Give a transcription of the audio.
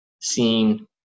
seen